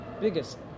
biggest